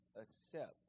accept